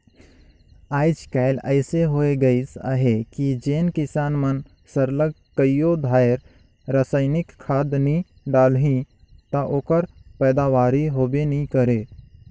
आएज काएल अइसे होए गइस अहे कि जेन किसान मन सरलग कइयो धाएर रसइनिक खाद नी डालहीं ता ओकर पएदावारी होबे नी करे